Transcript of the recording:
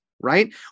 right